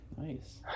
nice